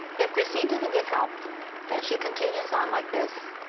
if cristine doesn't get help and she continues on like this.